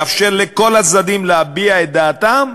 לאפשר לכל הצדדים להביע את דעתם,